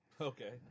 Okay